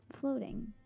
floating